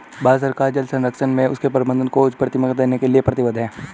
भारत सरकार जल संरक्षण और उसके प्रबंधन को उच्च प्राथमिकता देने के लिए प्रतिबद्ध है